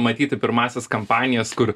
matyti pirmąsias kampanijas kur